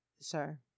sir